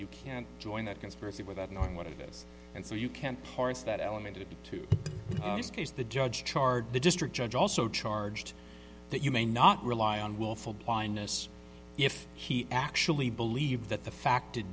you can't join that conspiracy without knowing what it is and so you can't parse that element into case the judge charged the district judge also charged that you may not rely on willful blindness if he actually believed that the fact did